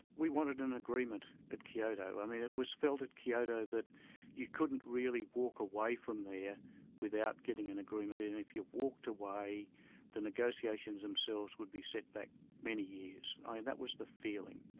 we wanted an agreement at kyoto. i mean it was felt at kyoto that you couldn't really walk away from there without getting an agreement and if you walked away the negotiations themselves would be set back many years. and that was the feeling.